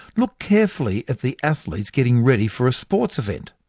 look carefully at the athletes getting ready for a sports event.